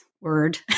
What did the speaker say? word